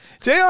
JR